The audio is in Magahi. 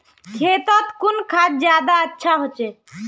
खेतोत कुन खाद ज्यादा अच्छा होचे?